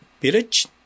village